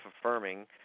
affirming